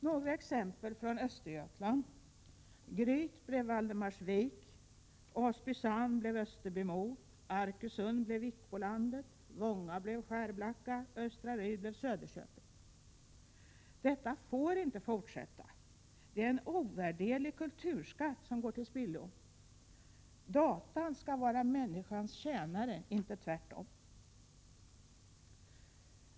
Några exempel från Östergötland: Gryt blev Valdemarsvik, Asbysand blev Österbymo, Arkösund blev Vikbolandet, Vånga blev Skärblacka, Östra Ryd blev Söderköping. Detta får inte fortsätta. Det är en ovärderlig kulturskatt som går till spillo. Datorn skall vara människans tjänare, inte tvärtom.